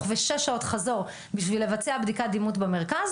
ושש שעות חזור בשביל לבצע בדיקת דימות במרכז